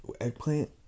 Eggplant